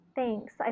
Thanks